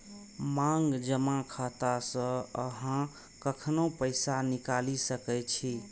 मांग जमा खाता सं अहां कखनो पैसा निकालि सकै छी